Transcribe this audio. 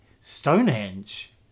Stonehenge